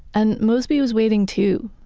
and mosby was waiting too.